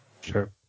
Sure